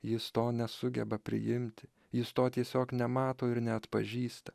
jis to nesugeba priimti jis to tiesiog nemato ir neatpažįsta